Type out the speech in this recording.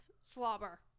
slobber